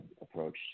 approach